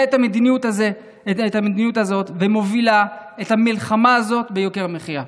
את המדיניות הזאת ומובילה את המלחמה הזאת ביוקר המחיה.